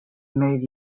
made